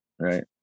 Right